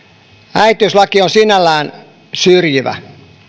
äitiyslaki on sinällään syrjivä